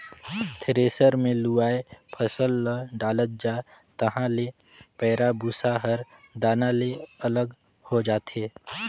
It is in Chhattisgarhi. थेरेसर मे लुवय फसल ल डालत जा तहाँ ले पैराःभूसा हर दाना ले अलग हो जाथे